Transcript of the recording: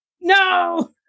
no